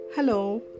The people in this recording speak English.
Hello